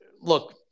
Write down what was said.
look